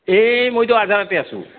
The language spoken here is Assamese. এই মইতো আজাৰতে আছোঁ